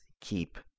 keep